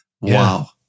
Wow